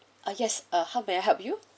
ah yes uh how may I help you